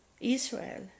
Israel